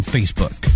Facebook